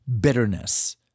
bitterness